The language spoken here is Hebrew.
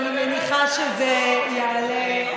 ואני מניחה שזה יעלה.